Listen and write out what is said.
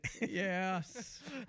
Yes